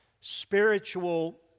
spiritual